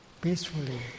peacefully